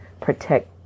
protect